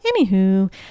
anywho